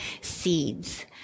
seeds